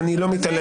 אני לא מתעלם.